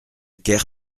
ker